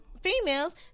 females